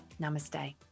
namaste